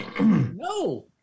No